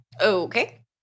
Okay